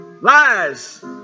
Lies